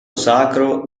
sacro